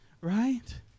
right